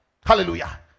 Hallelujah